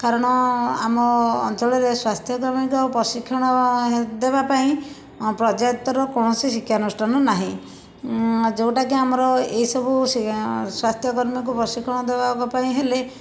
କାରଣ ଆମ ଅଞ୍ଚଳରେ ସ୍ୱାସ୍ଥ୍ୟତା ପାଇଁ ତ ପ୍ରଶିକ୍ଷଣ ଦେବା ପାଇଁ ପର୍ଯ୍ୟାପ୍ତର କୌଣସି ଶିକ୍ଷାନୁଷ୍ଠାନ ନାହିଁ ଯେଉଁଟାକି ଆମର ଏଇ ସବୁ ସି ସ୍ୱାସ୍ଥ୍ୟକର୍ମୀଙ୍କୁ ପ୍ରଶିକ୍ଷଣ ଦେବା ପାଇଁ ହେଲେ